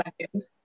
second